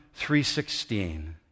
3.16